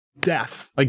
death